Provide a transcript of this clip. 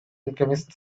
alchemist